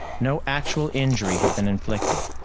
no actual injury had been inflicted.